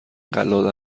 قلاده